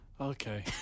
Okay